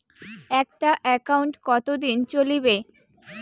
একটা একাউন্ট কতদিন চলিবে?